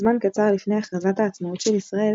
זמן קצר לפני הכרזת העצמאות של ישראל,